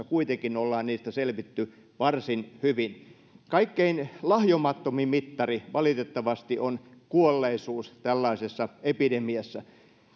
kuitenkin ollaan niistä selvitty varsin hyvin kaikkein lahjomattomin mittari valitettavasti on kuolleisuus tällaisessa epidemiassa